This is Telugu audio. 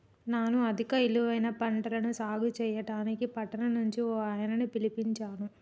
నాను అధిక ఇలువైన పంటలను సాగు సెయ్యడానికి పట్టణం నుంచి ఓ ఆయనని పిలిపించాను